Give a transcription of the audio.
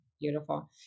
Beautiful